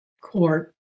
court